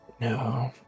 No